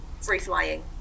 free-flying